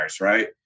right